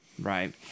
Right